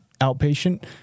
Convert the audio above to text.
outpatient